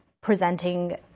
presenting